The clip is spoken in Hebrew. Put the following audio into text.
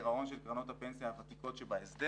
לגירעון של קרנות הפנסיה הוותיקות שבהסדר.